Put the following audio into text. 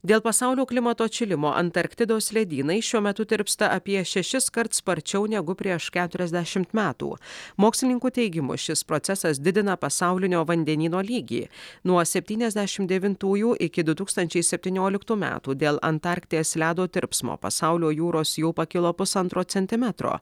dėl pasaulio klimato atšilimo antarktidos ledynai šiuo metu tirpsta apie šešiskart sparčiau negu prieš keturiasdešimt metų mokslininkų teigimu šis procesas didina pasaulinio vandenyno lygį nuo septyniasdešim devintųjų iki du tūkstančiai septynioliktų metų dėl antarkties ledo tirpsmo pasaulio jūros jau pakilo pusantro centimetro